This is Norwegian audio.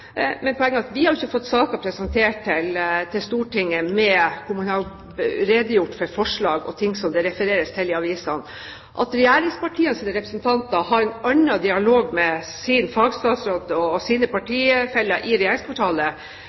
men poenget er at vi ikke har fått saken presentert i Stortinget – man har redegjort for forslag og ting som det refereres til i avisene. At regjeringspartienes representanter har en annen dialog med sin fagstatsråd og sine partifeller i